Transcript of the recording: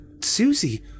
Susie